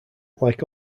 like